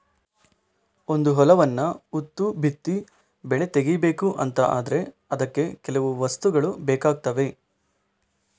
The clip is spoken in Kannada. ಒಂದು ಹೊಲವನ್ನ ಉತ್ತು ಬಿತ್ತಿ ಬೆಳೆ ತೆಗೀಬೇಕು ಅಂತ ಆದ್ರೆ ಅದಕ್ಕೆ ಕೆಲವು ವಸ್ತುಗಳು ಬೇಕಾಗ್ತವೆ